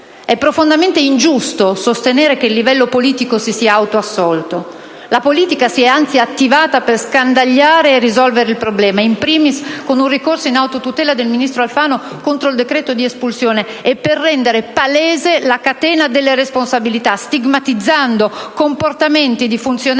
È profondamente ingiusto sostenere che il livello politico si sia autoassolto. La politica si è anzi attivata per scandagliare e risolvere il problema, *in* *primis* con un ricorso in autotutela del ministro Alfano contro il decreto di espulsione, e per rendere palese la catena delle responsabilità, stigmatizzando comportamenti di funzionari